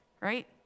right